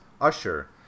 Usher